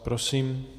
Prosím.